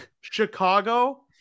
Chicago